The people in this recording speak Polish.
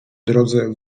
drodze